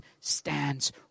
stands